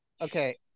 okay